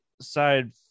side